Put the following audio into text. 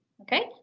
Okay